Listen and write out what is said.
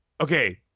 okay